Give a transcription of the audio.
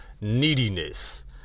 neediness